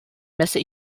messe